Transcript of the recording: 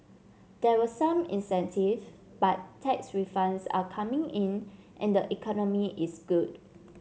there were some incentives but tax refunds are coming in and the economy is good